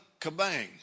kabang